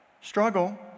struggle